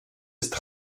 ist